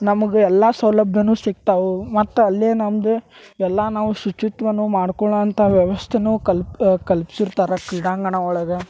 ನಮ್ಗೆ ಎಲ್ಲಾ ಸೌಲಭ್ಯವೂ ಸಿಕ್ತಾವು ಮತ್ತು ಅಲ್ಲೇ ನಮ್ದು ಎಲ್ಲಾ ನಾವು ಶುಚಿತ್ವನ್ನು ಮಾಡ್ಕೊಳ್ಳೊ ಅಂಥ ವ್ಯವಸ್ಥೆಯನ್ನು ಕಲ್ಪ್ ಕಲ್ಪ್ಸಿರ್ತಾರೆ ಕ್ರೀಡಾಂಗಣ ಒಳಗೆ